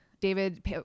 David